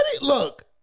look